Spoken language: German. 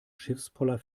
schiffspoller